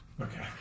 Okay